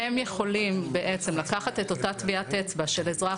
הם יכולים לקחת את אותה טביעת אצבע של אזרח